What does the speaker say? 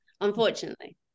unfortunately